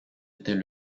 était